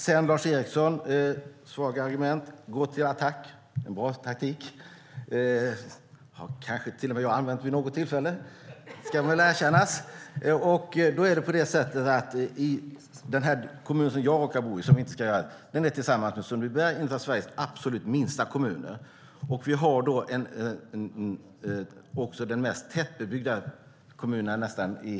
Sedan, Lars Eriksson, om man har svaga argument är det en bra taktik att gå till attack - kanske till och med jag har använt mig av den vid något tillfälle. Tillsammans med Sundbyberg är den kommun som jag råkar bo i två av Sveriges absolut minsta kommuner. Men det är nästan de mest tätbebyggda kommunerna.